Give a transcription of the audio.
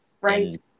Right